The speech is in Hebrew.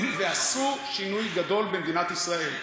ועשו שינוי גדול במדינת ישראל.